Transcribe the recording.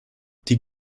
die